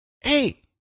Hey